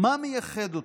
מה מייחד אותו,